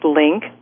Link